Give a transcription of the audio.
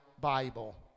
Bible